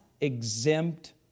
exempt